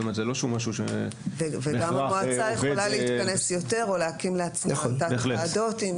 גם המועצה יכולה להתכנס יותר או להקים לעצמה תת ועדות.